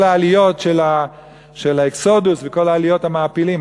כל העליות של "אקסודוס" וכל עליות המעפילים,